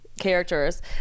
characters